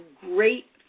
great